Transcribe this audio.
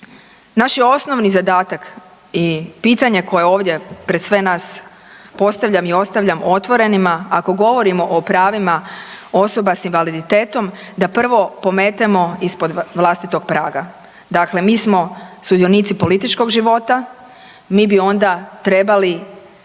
Naš je osnovni zadatak i pitanje koje ovdje pred sve nas postavljam i ostavljam otvorenima, ako govorimo o pravima osoba s invaliditetom da prvo pometemo ispod vlastitog praga. Dakle, mi smo sudionici političkog života, mi bi onda trebali